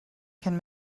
can